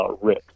rip